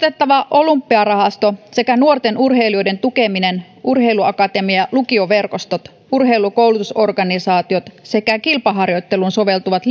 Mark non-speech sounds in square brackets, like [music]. olympiarahasto sekä nuorten urheilijoiden tukeminen urheiluakatemia ja lukioverkostot urheilukoulutusorganisaatiot sekä kilpaharjoitteluun soveltuvat [unintelligible]